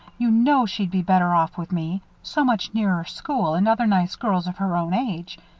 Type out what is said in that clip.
you know she'd be better off with me so much nearer school and other nice girls of her own age.